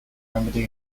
remedy